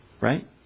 Right